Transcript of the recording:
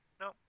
No